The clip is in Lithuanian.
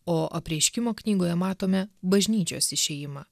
o apreiškimo knygoje matome bažnyčios išėjimą